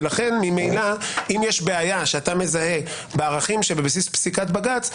לכן אם יש בעיה שאתה מזהה בערכים שבבסיס פסיקת בג"ץ,